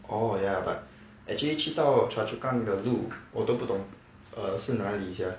orh ya but actually 去到 choa chu kang 的路我都不懂 err 是哪里 sia